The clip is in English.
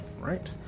Right